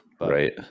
Right